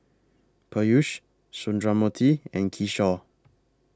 Peyush Sundramoorthy and Kishore